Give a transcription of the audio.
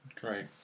Great